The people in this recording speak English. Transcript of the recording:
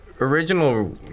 Original